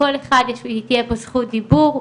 תהיה פה זכות דיבור,